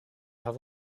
have